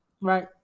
right